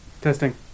Testing